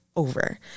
over